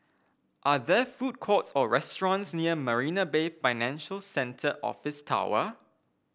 are there food courts or restaurants near Marina Bay Financial Centre Office Tower